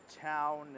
town